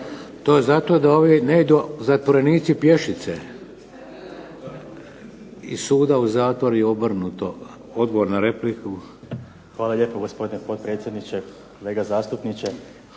To je zato da ovi ne idu zatvorenici pješice iz suda u zatvor i obrnuto. Odgovor na repliku. **Salapić, Josip (HDZ)** Hvala lijepo gospodine potpredsjedniče, kolega zastupniče.